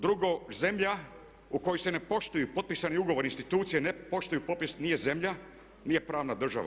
Drugo, zemlja u kojoj se ne poštuju potpisani ugovori institucije ne poštuju propis nije zemlja, nije pravna država.